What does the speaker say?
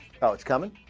it's coming